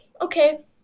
Okay